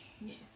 Yes